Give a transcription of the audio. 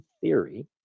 theory